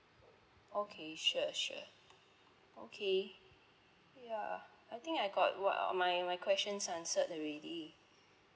okay sure sure okay yeah I think I got what uh my my questions answered already